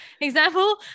example